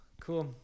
Cool